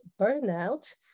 Burnout